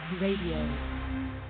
radio